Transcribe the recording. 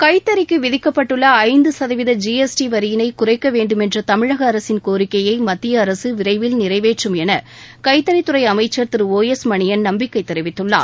கைத்தறிக்கு விதிக்கப்பட்டுள்ள ஐந்து சதவீத ஜி எஸ் டி வரியினை குறைக்க வேண்டுமென்ற தமிழக அரசின் கோரிக்கையை மத்திய அரசு விரைவில் நிறைவேற்றும் என கைத்தறித்துறை அமைச்சா் திரு ஓ எஸ் மணியன் நம்பிக்கை தெரிவித்துள்ளார்